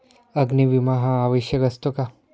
अग्नी विमा हा आवश्यक असतो का?